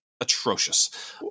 atrocious